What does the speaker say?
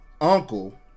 uncle